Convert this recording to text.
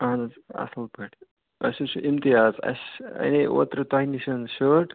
اہن حظ اصٕل پٲٹھۍ أسۍ حظ چھِ اِمتیاز اسہِ اَنیٚے اوترٕ تۄہہِ نِش شٲٹ